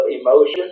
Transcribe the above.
emotion